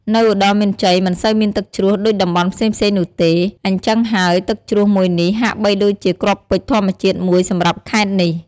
នៅឧត្តរមានជ័យមិនសូវមានទឹកជ្រោះដូចតំបន់ផ្សេងៗនោះទេ អ៊ីចឹងហើយ ទឹកជ្រោះមួយនេះហាក់បីដូចជាគ្រាប់ពេជ្រធម្មជាតិមួយសម្រាប់ខេត្តនេះ។